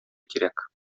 кирәк